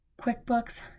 QuickBooks